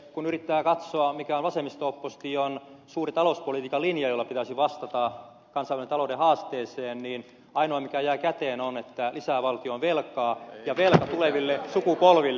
kun yrittää katsoa mikä on vasemmisto opposition suuri talouspolitiikan linja jolla pitäisi vastata kansainvälisen talouden haasteeseen niin ainoa mikä jää käteen on se että lisää valtionvelkaa ja velkaa tuleville sukupolville